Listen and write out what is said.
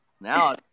Now